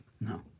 No